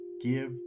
give